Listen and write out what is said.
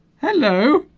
hello